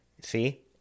See